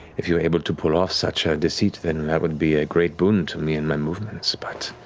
if you were able to pull off such a deceit, then that would be a great boon to me and my movements, but.